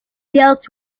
dealt